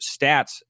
stats